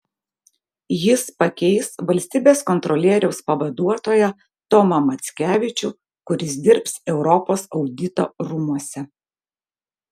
jis pakeis valstybės kontrolieriaus pavaduotoją tomą mackevičių kuris dirbs europos audito rūmuose